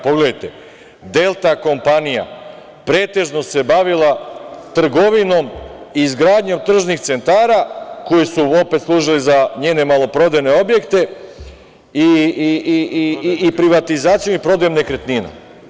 Pogledajte, „Delta kompanija“ pretežno se bavila trgovinom i izgradnjom tržnih centara koji su opet služili za njene maloprodajne objekte i privatizacijom i prodajom nekretnina.